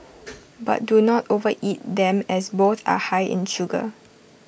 but do not overeat them as both are high in sugar